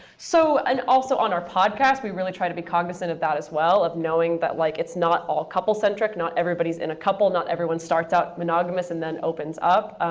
so and also on our podcast, we really try to be cognizant of that as well, of knowing that like it's not all couple-centric. not everybody is in a couple. not everyone starts out monogamous and then opens up.